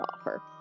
offer